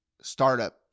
startup